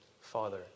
father